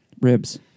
ribs